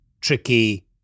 tricky